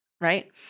right